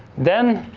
then,